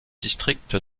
district